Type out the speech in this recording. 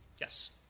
Yes